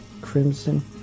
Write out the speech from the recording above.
Crimson